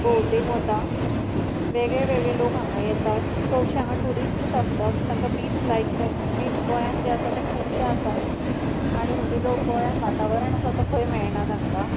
भोंवडेक वता वेगळे वेगळे लोक हांगा येता चडशे हांगा ट्युरिस्टूच आसता तांकां बीच लायक कित्याक बीच गोंयांत जे आसतात ते खूबशे आसात आनी म्हणजे जो गोंयांत वातावरण आसा तो खंय मेळना तांकां